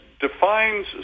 defines